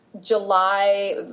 July